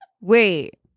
wait